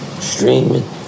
Streaming